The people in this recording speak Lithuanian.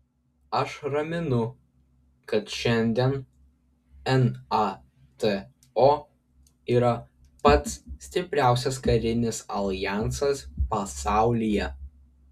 aš raminu kad šiandien nato yra pats stipriausias karinis aljansas pasaulyje